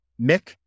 Mick